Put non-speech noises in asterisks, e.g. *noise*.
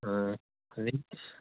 ꯑꯥ *unintelligible*